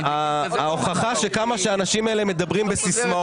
ההוכחה שכמה שהאנשים האלה מדברים בסיסמאות.